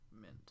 mint